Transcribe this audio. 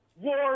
War